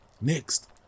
Next